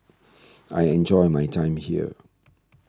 I enjoy my time here